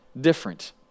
different